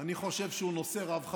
אני חושב שגם הוא נושא רב חשיבות.